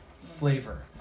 flavor